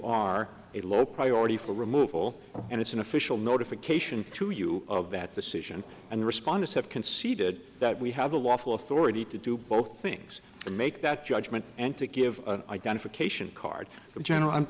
a low priority for removal and it's an official notification to you of that the situation and responders have conceded that we have a lawful authority to do both things and make that judgment and to give an identification card in general